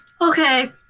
okay